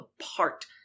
apart